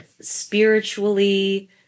spiritually